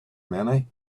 many